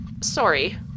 Sorry